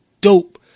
dope